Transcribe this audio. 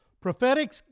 Prophetic